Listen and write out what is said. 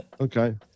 Okay